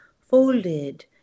folded